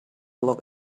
look